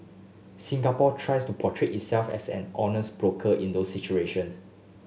Singapore tries to portray itself as an honest broker in those situations